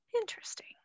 interesting